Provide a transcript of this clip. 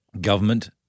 government